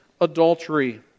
adultery